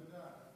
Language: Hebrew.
אתה יודע,